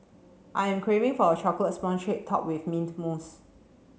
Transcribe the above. I am craving for a chocolate sponge cake topped with mint mousse